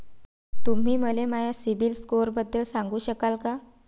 तुम्ही मले माया सीबील स्कोअरबद्दल सांगू शकाल का?